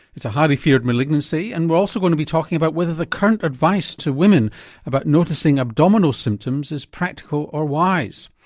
it's a highly feared malignancy and we're also going to be talking about whether the current advice to women about noticing abdominal symptoms is practical or wise.